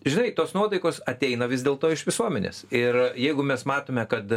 žinai tos nuotaikos ateina vis dėlto iš visuomenės ir jeigu mes matome kad